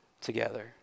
together